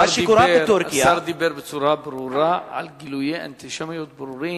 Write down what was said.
השר דיבר בצורה ברורה על גילויי אנטישמיות ברורים,